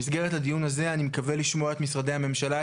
במסגרת הדיון הזה אני מקווה לשמוע את משרדי הממשלה,